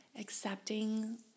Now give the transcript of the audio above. accepting